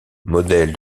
modèle